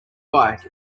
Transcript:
bike